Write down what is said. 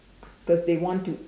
cause they want to